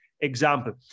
example